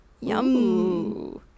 Yum